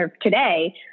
today